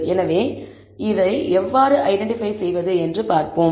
எனவே இவற்றை எவ்வாறு ஐடென்டிபை செய்வது என்று பார்ப்போம்